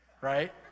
right